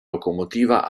locomotiva